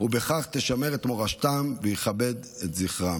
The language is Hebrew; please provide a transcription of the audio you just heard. ובכך תשמר את מורשתם ותכבד את זכרם.